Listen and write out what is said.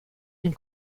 den